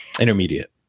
Intermediate